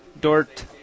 dort